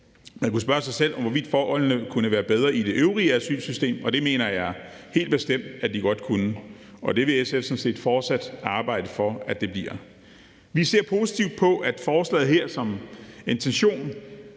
Man kunne spørge sig selv om, hvorvidt forholdene kunne være bedre i det øvrige asylsystem, og det mener jeg helt bestemt at de godt kunne, og det vil SF sådan set fortsat arbejde for at de bliver. Vi ser positivt på, at forslaget her har som intention